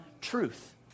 truth